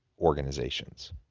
organizations